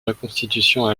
reconstitution